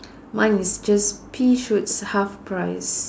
mine is just pea shoots half price